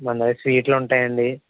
మన దగ్గర స్వీట్లు ఉంటాయండి